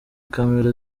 camera